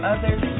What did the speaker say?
Others